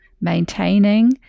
maintaining